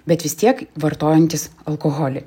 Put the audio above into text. bet vis tiek vartojantys alkoholį